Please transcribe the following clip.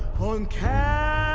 on calvary